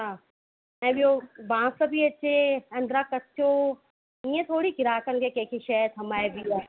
हा ऐं ॿियो बांस बि अचे अंदरा कचो ईअं थोरी ग्राहक खे कंहिंखे शइ थमाइबी आहे